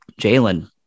jalen